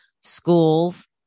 schools